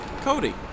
Cody